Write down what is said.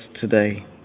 today